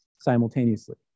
simultaneously